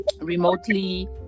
remotely